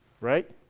Right